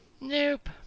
Nope